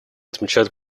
отмечает